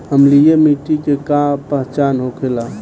अम्लीय मिट्टी के का पहचान होखेला?